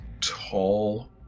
tall